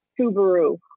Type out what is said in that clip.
Subaru